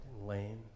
lame